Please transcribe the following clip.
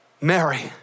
Mary